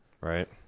right